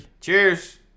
Cheers